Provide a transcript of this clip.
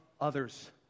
Others